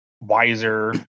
wiser